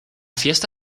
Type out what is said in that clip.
fiesta